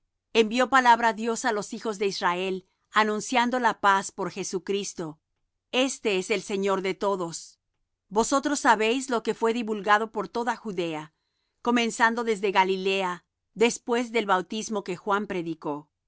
envió palabra dios á los hijos de israel anunciando la paz por jesucristo éste es el señor de todos vosotros sabéis lo que fué divulgado por toda judea comenzando desde galilea después del bautismo que juan predicó cuanto á